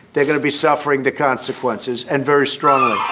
they're going to be suffering the consequences and very strongly